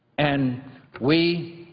and we,